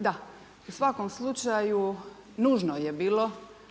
da u svakom slučaju nužno je bilo